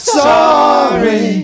sorry